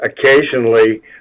Occasionally